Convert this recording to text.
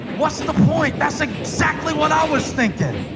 what's the point? that's exactly what i was thinking.